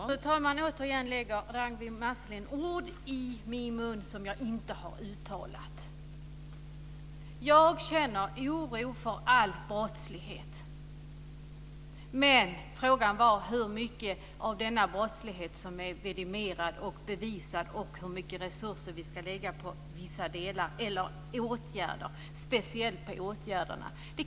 Fru talman! Återigen lägger Ragnwi Marcelind ord i min mun som jag inte har uttalat. Jag känner oro för all brottslighet, men frågan är hur mycket av denna brottslighet som är vidimerad och bevisad och hur mycket resurser vi ska lägga på åtgärderna.